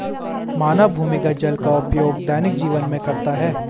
मानव भूमिगत जल का उपयोग दैनिक जीवन में करता है